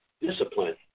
discipline